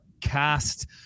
cast